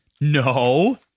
no